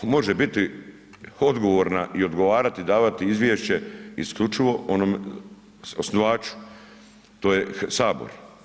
Može biti odgovorna i odgovarati davati izvješće isključivo osnivaču, to je sabor.